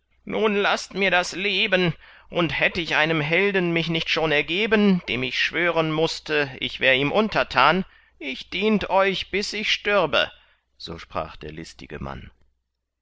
nun laßt mir das leben und hätt ich einem helden mich nicht schon ergeben dem ich schwören mußte ich wär ihm untertan ich dient euch bis ich stürbe so sprach der listige mann